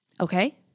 okay